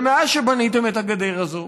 ומאז שבניתם את הגדר הזאת,